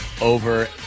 over